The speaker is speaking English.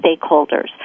stakeholders